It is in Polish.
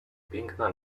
piękna